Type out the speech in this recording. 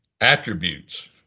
attributes